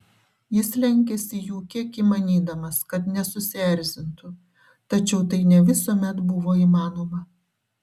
jis lenkėsi jų kiek įmanydamas kad nesusierzintų tačiau tai ne visuomet buvo įmanoma